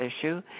issue